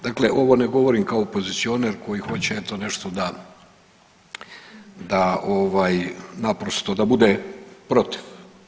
Dakle, ovo ne govorim kao pozicioner koji hoće eto nešto da, da ovaj naprosto, da bude protiv.